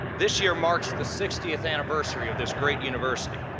this year marks the sixtieth anniversary of this great university.